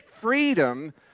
freedom